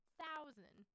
thousand